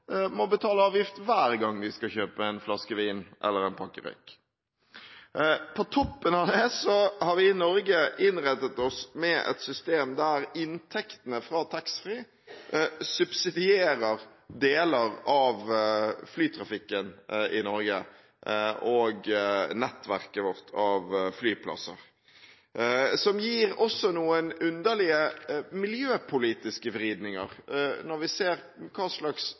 må betale avgift hver gang de skal kjøpe en flaske vin eller en pakke røyk. På toppen av det har vi i Norge innrettet oss med et system der inntektene fra taxfree-salget subsidierer deler av flytrafikken og nettverket vårt av flyplasser, noe som også gir noen underlige miljøpolitiske vridninger når vi ser hva slags